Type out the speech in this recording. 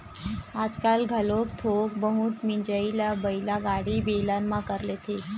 आजकाल घलोक थोक बहुत मिजई ल बइला गाड़ी, बेलन म कर लेथे